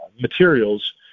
materials